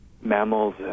mammals